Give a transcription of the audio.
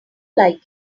like